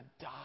die